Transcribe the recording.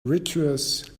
vitreous